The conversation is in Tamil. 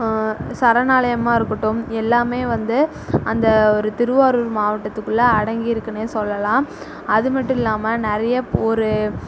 சரணாலயமாக இருக்கட்டும் எல்லாமே வந்து அந்த ஒரு திருவாரூர் மாவட்டத்துக்குள்ளே அடங்கியிருக்குனே சொல்லலாம் அது மட்டும் இல்லாமல் நிறைய ஒரு